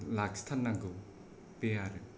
लाखिथारनांगौ बे आरो